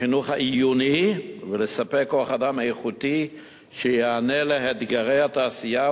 לחינוך העיוני ולספק כוח-אדם איכותי שיענה על אתגרי התעשייה,